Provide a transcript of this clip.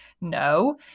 No